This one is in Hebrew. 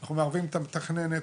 אנחנו מערבים את המתכננת